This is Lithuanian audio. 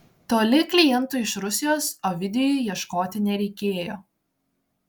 toli klientų iš rusijos ovidijui ieškoti nereikėjo